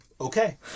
Okay